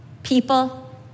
people